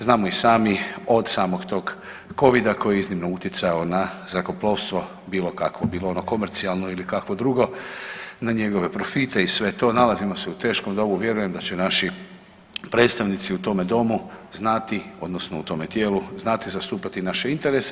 Znamo i sami od samog tog Covida koji je iznimno utjecao na zrakoplovstvo bilo kakvo, bilo ono komercijalno ili kakvo drugo, na njegove profite i sve to, nalazimo se u teškom dobu, vjerujem da će naši predstavnici u tome domu znati, odnosno u tome tijelu znati zastupati naše interese.